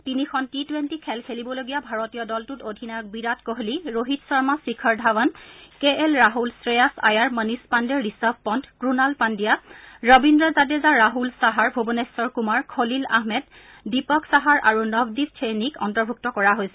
তিনিখন T twenty খেল খেলিবলগীয়া ভাৰতীয় দলটোত অধিনায়ক বিৰাট কোহলী ৰোহিত শৰ্মা শিখৰ ধাৱান কে এল ৰাছল শ্ৰেয়াচ আয়াৰ মনিষ পাণ্ডে ঋষভ পন্ট ক্ৰুনাল পাণ্ডিয়া ৰবিদ্ৰ জাদেজা ৰাহুল চাহাৰ ভুৱনেশ্বৰ কুমাৰ খলিল আহমেদ দীপক চাহাৰ আৰু নভদীপ চেইনিক অন্তৰ্ভূক্ত কৰা হৈছে